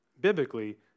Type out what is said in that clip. biblically